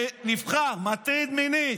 שנבחר, מטריד מינית,